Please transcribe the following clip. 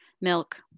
milk